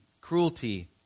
cruelty